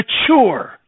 mature